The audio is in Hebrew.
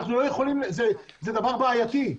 זה דבר בעייתי,